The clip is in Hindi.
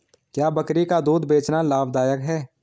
क्या बकरी का दूध बेचना लाभदायक है?